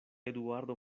eduardo